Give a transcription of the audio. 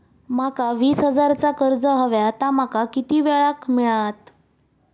माका वीस हजार चा कर्ज हव्या ता माका किती वेळा क मिळात?